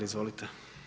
Izvolite.